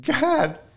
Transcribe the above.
God